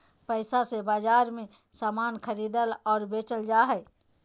पैसा से बाजार मे समान खरीदल और बेचल जा हय